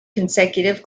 consecutive